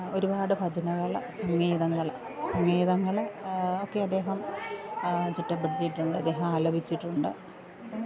ഒരുപാട് ഭജനകള് സംഗീതങ്ങള് സംഗീതങ്ങള് ഒക്കെ അദ്ദേഹം ചിട്ടപ്പെടുത്തിയിട്ടുണ്ട് അദ്ദേഹമാലപിച്ചിട്ടുണ്ട്